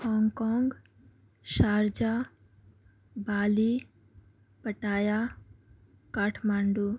Hong Kong Sharjah Bali Pattaya کاٹھ Mandu